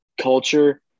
culture